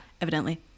evidently